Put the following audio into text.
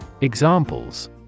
Examples